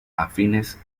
afines